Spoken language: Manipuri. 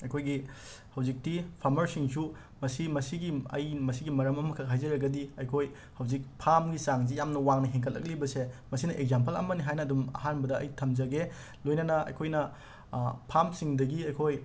ꯑꯩꯈꯣꯏꯒꯤ ꯍꯧꯖꯤꯛꯇꯤ ꯐꯥꯃꯔꯁꯤꯡꯁꯨ ꯃꯁꯤ ꯃꯁꯤꯒꯤ ꯑꯩ ꯃꯁꯤꯒꯤ ꯃꯔꯝ ꯑꯃꯈꯛ ꯍꯥꯏꯖꯔꯒꯗꯤ ꯑꯩꯈꯣꯏ ꯍꯧꯖꯤꯛ ꯐꯥꯝꯒꯤ ꯆꯥꯡꯁꯤ ꯌꯥꯝꯅ ꯋꯥꯡꯅ ꯍꯦꯟꯀꯠꯂꯛꯂꯤꯕꯁꯦ ꯃꯁꯤꯅ ꯑꯦꯛꯖꯥꯝꯄꯜ ꯑꯃꯅꯤ ꯍꯥꯏꯅ ꯑꯗꯨꯝ ꯑꯍꯥꯟꯕꯗ ꯑꯩ ꯊꯝꯖꯒꯦ ꯂꯣꯏꯅꯅ ꯑꯩꯈꯣꯏꯅ ꯐꯥꯝꯁꯤꯡꯗꯒꯤ ꯑꯩꯈꯣꯏ